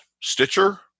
Stitcher